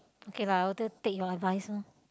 okay lah I'll take take your advise lor